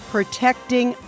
Protecting